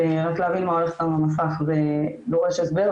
רק להבין מה הולך במסך ודורש הסבר,